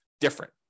different